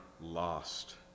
lost